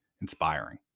inspiring